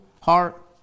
heart